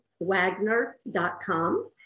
Wagner.com